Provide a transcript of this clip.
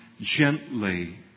gently